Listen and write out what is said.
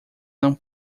não